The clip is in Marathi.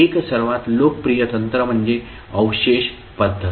एक सर्वात लोकप्रिय तंत्र म्हणजे अवशेष पद्धत